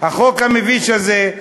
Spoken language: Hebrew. החוק המביש הזה,